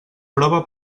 prova